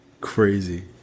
Crazy